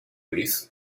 with